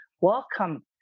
welcome